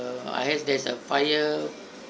err I heard there's a fire